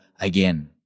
again